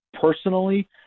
Personally